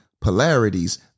polarities